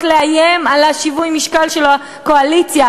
לאיים על שיווי המשקל של הקואליציה,